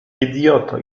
idioto